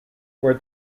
were